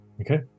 Okay